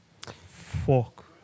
Fuck